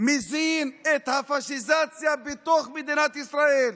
מזין את הפשיזציה בתוך מדינת ישראל.